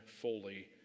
fully